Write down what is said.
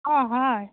অঁ হয়